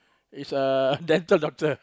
is a dental doctor